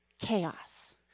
chaos